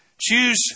Choose